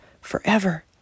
forever